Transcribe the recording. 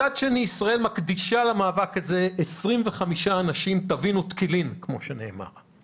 מצד שני ישראל מקדישה למאבק הזה 25 אנשים טבין ותקילין כמו שנאמר.